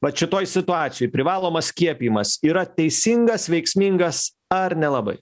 vat šitoj situacijoj privalomas skiepijimas yra teisingas veiksmingas ar nelabai